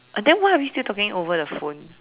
and then why are we still talking over the phone